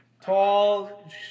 tall